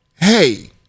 hey